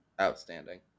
Outstanding